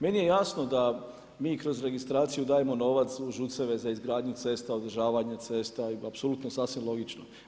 Meni je jasno da mi kroz registraciju dajemo novac u ŽUC-eve za izgradnju cesta, održavanje cesta i apsolutno sasvim logično.